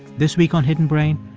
this week on hidden brain,